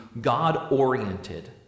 god-oriented